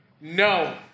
no